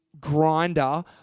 grinder